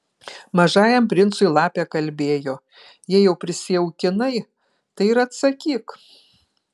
mažajam princui lapė kalbėjo jei jau prisijaukinai tai ir atsakyk